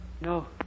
No